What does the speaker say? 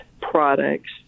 products